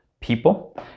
people